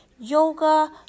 yoga